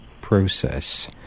process